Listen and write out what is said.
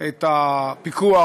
את הפיקוח